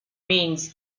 means